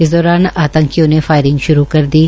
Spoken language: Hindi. इस दौरान आंतकियों ने फायरिंग श्रू कर दी है